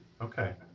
okay